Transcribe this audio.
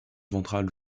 ventrale